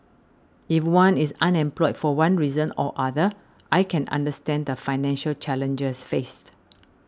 if one is unemployed for one reason or other I can understand the financial challenges faced